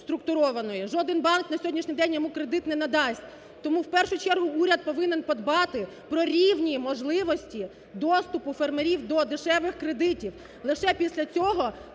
Жоден банк на сьогоднішній день йому кредит не надасть. Тому в першу чергу уряд повинен подбати про рівні можливості доступу фермерів до дешевих кредитів.